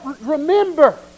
remember